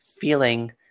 feeling